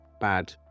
bad